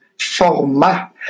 Forma